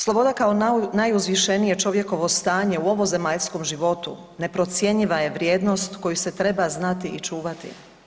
Sloboda kao najuzvišenije čovjekovo stanje u ovozemaljskom životu neprocjenjiva je vrijednost koju se treba znati i čuvati.